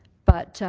but,